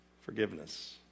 Forgiveness